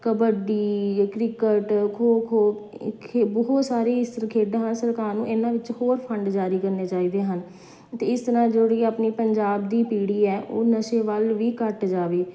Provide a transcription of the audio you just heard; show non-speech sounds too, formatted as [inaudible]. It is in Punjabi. ਕਬੱਡੀ ਜਾਂ ਕ੍ਰਿਕਟ ਖੋ ਖੋ ਬਹੁਤ ਸਾਰੇ [unintelligible] ਖੇਡਾਂ ਹਨ ਸਰਕਾਰ ਨੂੰ ਇਹਨਾਂ ਵਿੱਚ ਹੋਰ ਫੰਡ ਜਾਰੀ ਕਰਨੇ ਚਾਹੀਦੇ ਹਨ ਅਤੇ ਇਸ ਤਰ੍ਹਾਂ ਜਿਹੜੀ ਆਪਣੀ ਪੰਜਾਬ ਦੀ ਪੀੜ੍ਹੀ ਹੈ ਉਹ ਨਸ਼ੇ ਵੱਲ ਵੀ ਘੱਟ ਜਾਵੇ